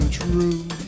true